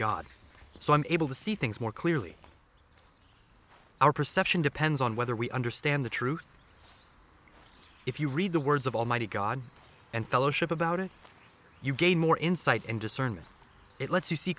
god so i'm able to see things more clearly our perception depends on whether we understand the truth if you read the words of almighty god and fellowship about it you gain more insight and discernment it lets you see